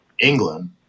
England